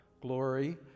glory